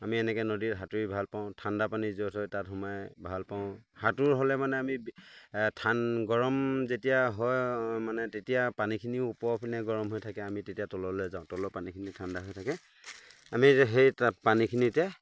আমি এনেকে নদীত সাঁতোৰি ভালপাওঁ ঠাণ্ডা পানী য'ত হয় তাত সোমাই ভালপাওঁ সাঁতোৰ হ'লে মানে আমি ঠান গৰম যেতিয়া হয় মানে তেতিয়া পানীখিনিও ওপৰৰ পিনে গৰম হৈ থাকে আমি তেতিয়া তললৈ যাওঁ তলৰ পানীখিনি ঠাণ্ডা হৈ থাকে আমি সেই তাত পানীখিনিতে